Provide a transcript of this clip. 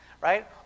right